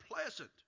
pleasant